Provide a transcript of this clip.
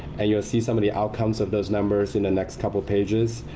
and you'll see some of the outcomes of those numbers in the next couple of pages.